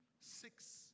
Six